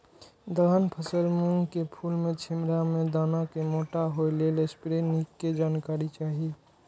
दलहन फसल मूँग के फुल में छिमरा में दाना के मोटा होय लेल स्प्रै निक के जानकारी चाही?